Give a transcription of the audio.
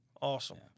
Awesome